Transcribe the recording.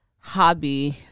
hobby